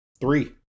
Three